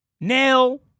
nail